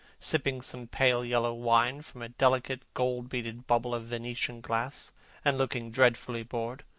sipping some pale-yellow wine from a delicate, gold-beaded bubble of venetian glass and looking dreadfully bored.